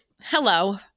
Hello